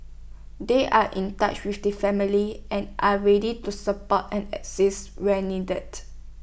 they are in touch with the family and are ready to support and assist where needed